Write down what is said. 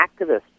activists